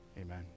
Amen